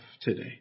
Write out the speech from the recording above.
today